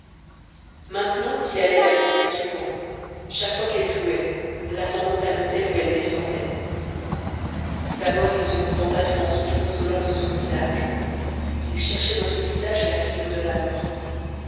maintenant il allait la visiter souvent chaque fois qu'elle jouait l'attendant à l'hôtel où elle descendait d'abord il se contenta du mensonge consolant de son visage il cherchait dans ce visage la figure de la morte